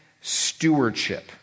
stewardship